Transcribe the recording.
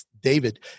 David